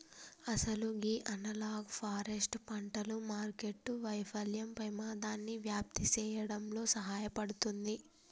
అసలు గీ analog forest పంటలు మార్కెట్టు వైఫల్యం పెమాదాన్ని వ్యాప్తి సేయడంలో సహాయపడుతుంది